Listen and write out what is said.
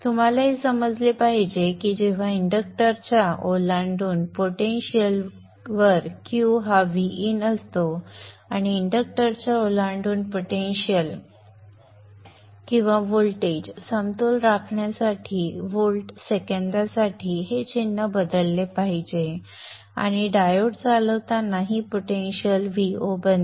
तुम्हाला हे समजले पाहिजे की जेव्हा इंडक्टरच्या ओलांडून पोटेंशिअलवर Q हा Vin असतो आणि इंडक्टरच्या ओलांडून पोटेन्शिअल किंवा व्होल्टेज समतोल राखण्यासाठी व्होल्ट सेकंदासाठी हे चिन्ह बदलले पाहिजे आणि डायोड चालवताना ही पोटेंशिअल Vo बनते